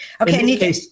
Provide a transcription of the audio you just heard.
Okay